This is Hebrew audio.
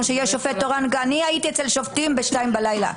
אני הייתי אצל שופטים בשתיים בלילה.